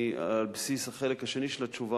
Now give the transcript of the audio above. המספר שאתה נתת, של כ-100 בשנה,